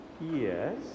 yes